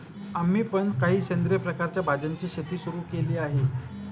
आम्ही पण काही सेंद्रिय प्रकारच्या भाज्यांची शेती सुरू केली आहे